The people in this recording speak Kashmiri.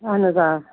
اَہَن حظ آ